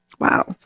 Wow